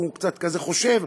והוא קצת כזה חושב.